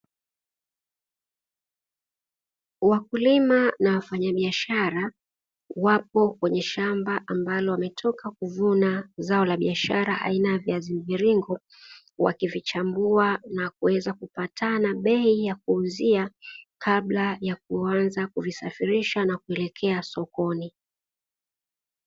Wakulima na wafanya biashara wapo kwenye shamba ambalo wametoka kuvuna zao la biashara aina ya viazi mviringo. Wakivichambua na kuweza kupatana bei ya kuuzia kabla ya kuanza kuvisafrisha na kuelekea sokoni.